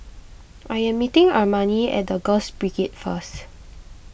I am meeting Armani at the Girls Brigade first